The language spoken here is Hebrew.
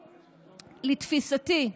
לתפיסתי,